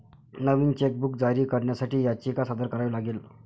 नवीन chequebook जारी करण्यासाठी याचिका सादर करावी लागेल